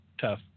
tough